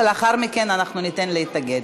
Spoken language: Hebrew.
ולאחר מכן אנחנו ניתן להתנגד.